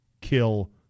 kill